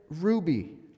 ruby